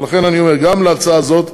ולכן אני אומר: גם להצעה הזאת,